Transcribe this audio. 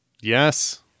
Yes